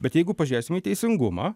bet jeigu pažiūrėsim į teisingumą